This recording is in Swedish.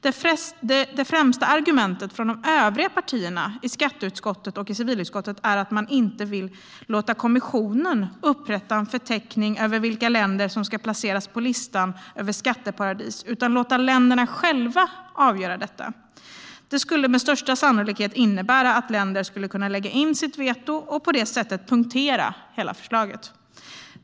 Det främsta argumentet från de övriga partierna i skatteutskottet och civilutskottet är att man inte vill låta kommissionen upprätta en förteckning över vilka länder som ska placeras på listan över skatteparadis utan låta länderna själva avgöra detta. Det skulle med största sannolikhet innebära att länder skulle kunna lägga in veto och på det sättet punktera hela förslaget.